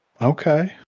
okay